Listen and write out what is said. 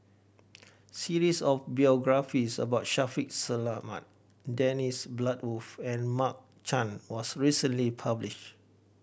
series of biographies about Shaffiq Selamat Dennis Bloodworth and Mark Chan was recently published